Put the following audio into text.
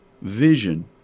vision